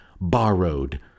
borrowed